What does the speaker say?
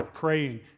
praying